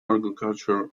agriculture